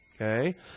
Okay